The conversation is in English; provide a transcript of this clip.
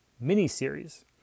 mini-series